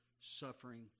suffering